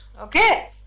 Okay